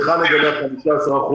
לך נגלח 15%,